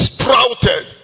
Sprouted